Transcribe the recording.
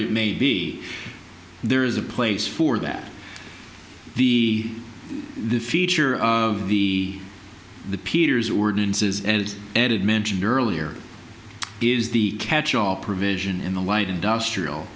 it may be there is a place for that the the future of the the peters ordinances and it added mentioned earlier is the catch all provision in the light industrial